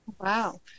Wow